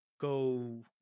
go